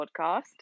Podcast